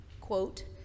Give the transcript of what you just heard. quote